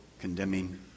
condemning